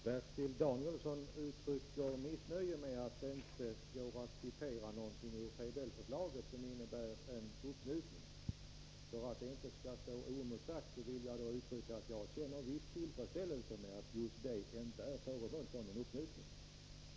Herr talman! Bertil Danielsson uttrycker missnöje med att det inte går att citera något ur PBL-förslaget som innebär en uppmjukning. För att det inte skall stå oemotsagt vill jag då uttrycka att jag känner viss tillfredsställelse med att just detta inte är föremål för någon uppmjukning.